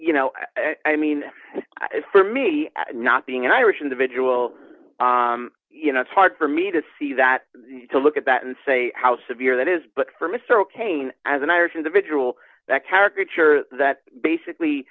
you know i mean for me not being irish individual you know it's hard for me to see that to look at that and say how severe that is but for mr ok now as an irish individual that caricature that basically